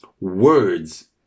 words